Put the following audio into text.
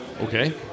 Okay